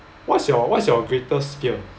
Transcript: what's your what's your greatest fear